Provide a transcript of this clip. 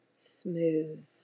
Smooth